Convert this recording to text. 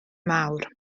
mawr